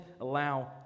allow